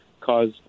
cause